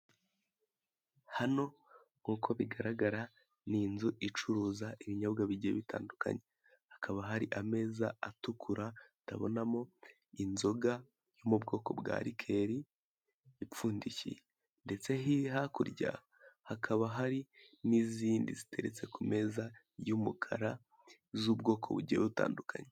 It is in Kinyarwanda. Hano nkuko bigaragara ni inzu icuruza ibinyobwa bigiye bitandokanye, hakaba hari ameza atukura, turabonamo inzoga yo mu bwoko bwa rikeli ipfundikiye, ndetse hakurya hakaba hari n'izindi ziteretse ku meza y'umukara z'ubwoko bugiye butandukanye.